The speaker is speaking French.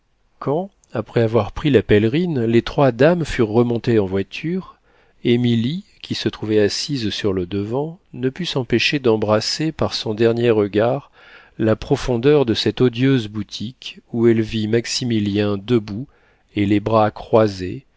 quand après avoir pris la pèlerine les trois dames furent remontées en voiture émilie qui se trouvait assise sur le devant ne put s'empêcher d'embrasser par son dernier regard la profondeur de cette odieuse boutique où elle vit maximilien debout et les bras croisés